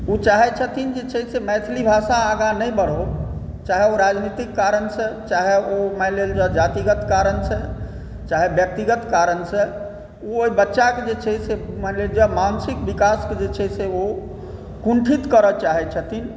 ओ चाहै छथिन जे छै मैथिली भाषा आगाँ नहि बढ़ौ चाहे ओ राजनीतिक कारणसॅं चाहे ओ मानि लेल जाउ जातिगत कारण से चाहे व्यक्तिगत कारण से ओहि बच्चाके जे छै मानि लिअ जे मानसिक विकासक जे छै से ओ कुंठित करय चाहै छथिन